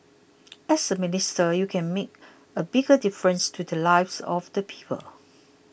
as a minister you can make a bigger difference to the lives of the people